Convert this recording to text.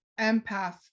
empath